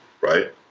Right